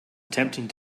attempting